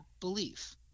belief